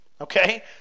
Okay